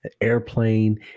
airplane